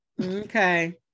okay